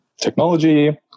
technology